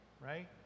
right